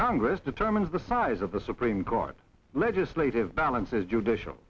congress determines the size of the supreme court legislative balances judicial